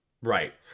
Right